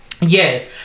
Yes